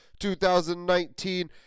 2019